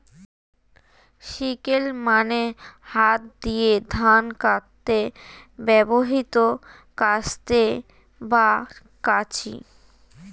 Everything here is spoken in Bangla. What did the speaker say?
সিকেল মানে হাত দিয়ে ধান কাটতে ব্যবহৃত কাস্তে বা কাঁচি